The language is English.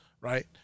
Right